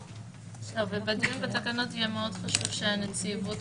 בדיון בתקנות יהיה מאוד חשוב שהנציבות